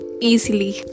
easily